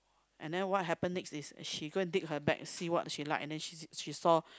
and then what happened next is she go and dig her bag see what she like and then she saw